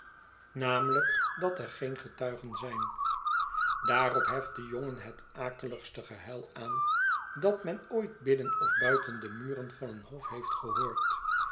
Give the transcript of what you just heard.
namelijk dat er geene getuigen zijn daarop heft de jongen het akeligste gehuil aan dat men ooit binnen of buiten de muren van een hof heeft gehoord